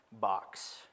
box